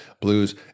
blues